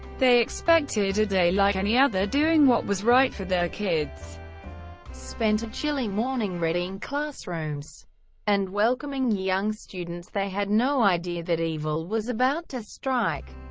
they expected a day like any other doing what was right for their kids spent a chilly morning readying classrooms and welcoming young students they had no idea that evil was about to strike.